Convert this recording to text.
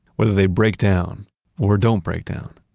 whether they break down or don't break down.